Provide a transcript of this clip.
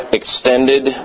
extended